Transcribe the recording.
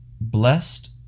blessed